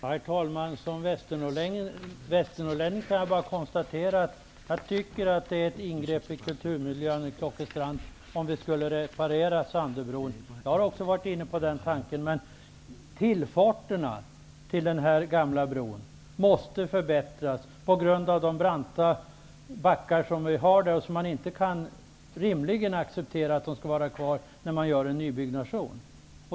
Herr talman! Som västernorrlänning kan jag bara konstatera att jag tycker att det skulle vara ett ingrepp i kulturmiljön i Klockestrand att reparera Sandöbron. Jag har också varit inne på den tanken. Tillfarterna till denna gamla bro måste förbättras på grund av de branta backar som finns. Man kan rimligen inte acceptera att de skall vara kvar när man gör en nybyggnation.